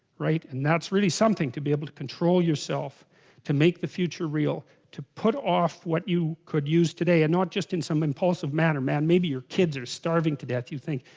right and that's really something to be able to control yourself to make the future real to put off what you could use today and not just in some impulsive manner man maybe your kids are starving to death you think,